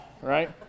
right